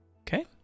Okay